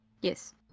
yes